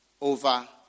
over